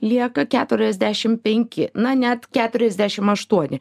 lieka keturiasdešim penki na net keturiasdešim aštuoni